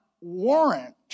warrant